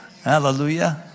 Hallelujah